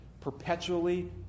perpetually